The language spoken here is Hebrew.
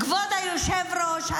כבוד היושב-ראש,